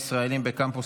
קבורה לסוהרים בבתי קברות